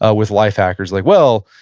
ah with life hackers, like, well,